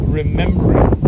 remembering